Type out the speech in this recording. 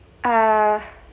err